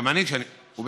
זה לגיטימי.